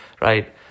right